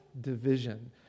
division